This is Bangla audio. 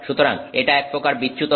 সুতরাং এটা এক প্রকার বিচ্যুত হয়েছে